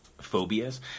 phobias